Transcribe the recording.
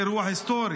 זה אירוע היסטורי.